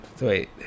Wait